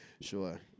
Sure